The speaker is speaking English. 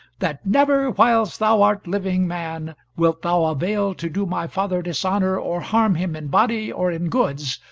that never whiles thou art living man wilt thou avail to do my father dishonour, or harm him in body, or in goods,